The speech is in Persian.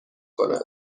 کند